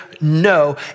no